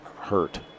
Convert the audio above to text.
hurt